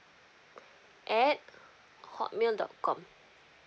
at hotmail dot com